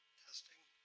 testing.